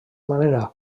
manera